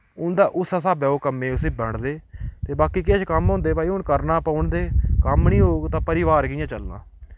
उं'दा उस्सै स्हाबै ओह् कम्मै उसी बंडदे ते बाकी किश कम्म होंदे भाई हून करना पौंदे कम्म नि होग तां परिवार कि'यां चलना